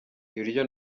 ibiryo